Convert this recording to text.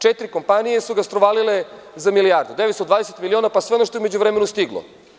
Četiri kompanije su ga strovalile za milijardu, 920 miliona, pa sve ono što je u međuvremenu stiglo.